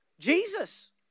Jesus